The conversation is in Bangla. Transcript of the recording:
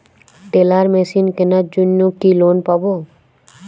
টেলার মেশিন কেনার জন্য কি লোন পাব?